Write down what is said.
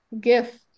gift